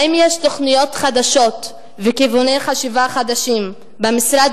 האם יש תוכניות חדשות וכיווני חשיבה חדשים במשרד